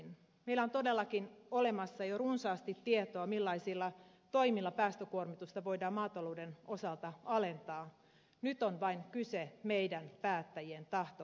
meillä on todellakin olemassa jo runsaasti tietoa millaisilla toimilla päästökuormitusta voidaan maatalouden osalta alentaa nyt on vain kyse meidän päättäjien tahtotilasta